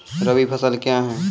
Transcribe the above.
रबी फसल क्या हैं?